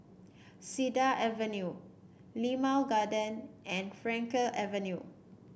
Cedar Avenue Limau Garden and Frankel Avenue